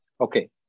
Okay